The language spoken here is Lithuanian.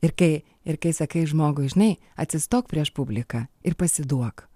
ir kai ir kai sakai žmogui žinai atsistok prieš publiką ir pasiduok